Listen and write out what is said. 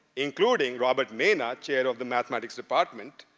including robert mena, chair of the mathematics department,